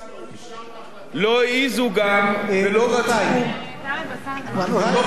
לא העזו גם, בבקשה שם, קצת יותר בשקט.